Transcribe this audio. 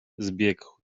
zbiegł